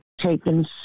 taking